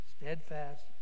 steadfast